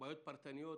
בעיות פרטניות